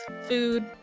food